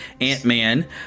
Ant-Man